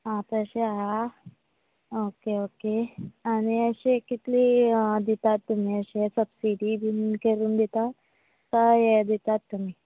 आं तशें आहा ओके ओके आनी अशें कितेंली दितात तुमी अशें सबसीडी बीन करून दितात हय हय दितात तुमी